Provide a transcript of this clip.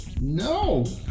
No